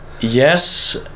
Yes